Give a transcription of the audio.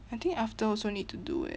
I think after also need to do eh